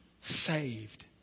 saved